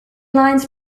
lines